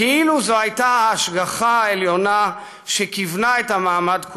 כאילו זו הייתה ההשגחה העליונה שכיוונה את המעמד כולו: